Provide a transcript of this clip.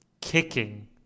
kicking